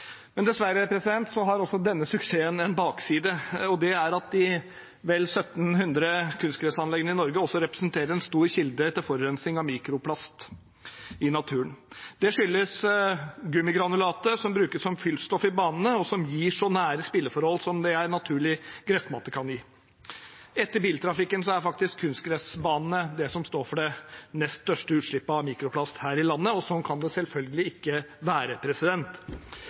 Dessverre har også denne suksessen en bakside, og det er at de vel 1 700 kunstgressanleggene i Norge også representerer en stor kilde til forurensning av mikroplast i naturen. Det skyldes gummigranulatet som brukes som fyllstoff i banene, og som gir spilleforhold så nær det en naturlig gressmatte kan gi. Etter biltrafikken er det faktisk kunstgressbanene som står for det største utslippet av mikroplast her i landet, og sånn kan det selvfølgelig ikke være.